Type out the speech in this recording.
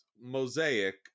Mosaic